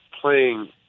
playing